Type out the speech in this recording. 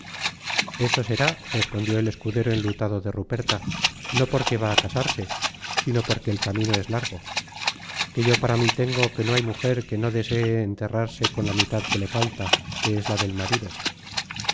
eso será respondió el escudero enlutado de ruperta no porque va á casarse sino porque el camino es largo que yo para mí tengo que no hay mujer que no desee enterrarse con la mitad que le falta que es la del marido